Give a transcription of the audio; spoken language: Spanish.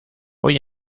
hoy